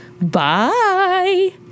Bye